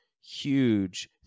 huge